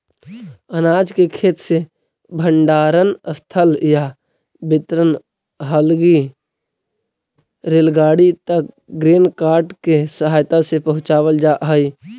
अनाज के खेत से भण्डारणस्थल या वितरण हलगी रेलगाड़ी तक ग्रेन कार्ट के सहायता से पहुँचावल जा हई